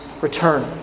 return